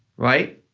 right?